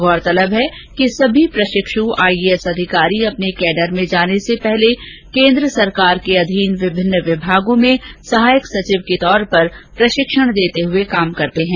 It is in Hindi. गौरतलब है कि सभी प्रशिक्ष् आईएएस अधिकारी अपने कैडर में जाने से पहले केंद्र सरकार के अधीन विभिन्न विभागों में सहायक सचिव के तौर पर प्रशिक्षण लेते हुए कार्य करते हैं